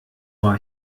war